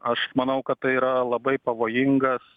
aš manau kad tai yra labai pavojingas